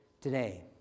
Today